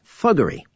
fuggery